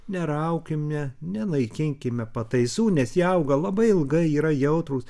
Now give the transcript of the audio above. neraukime nenaikinkime pataisų nes jie auga labai ilgai yra jautrūs